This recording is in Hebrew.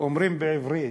אומרים בעברית: